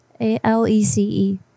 A-L-E-C-E